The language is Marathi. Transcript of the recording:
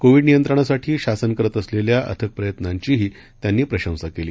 कोविड नियंत्रणासाठी शासन करत असलेल्या अथक् प्रयत्नांचीही त्यांनी प्रशंसा केली